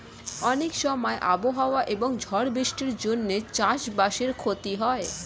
অনেক সময় আবহাওয়া এবং ঝড় বৃষ্টির জন্যে চাষ বাসের ক্ষতি হয়